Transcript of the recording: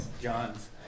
John's